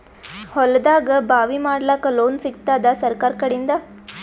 ಹೊಲದಾಗಬಾವಿ ಮಾಡಲಾಕ ಲೋನ್ ಸಿಗತ್ತಾದ ಸರ್ಕಾರಕಡಿಂದ?